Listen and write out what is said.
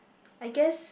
I guess